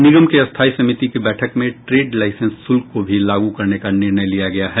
निगम की स्थायी समिति की बैठक में ट्रेड लाईसेंस शुल्क को भी लागू करने का निर्णय लिया गया है